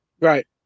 Right